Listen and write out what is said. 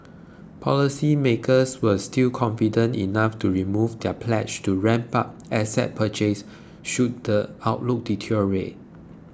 policy makers were still confident enough to remove their pledge to ramp up asset purchases should the outlook deteriorate